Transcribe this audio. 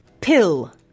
Pill